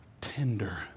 tender